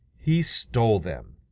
he stole them.